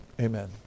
amen